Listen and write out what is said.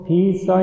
Peace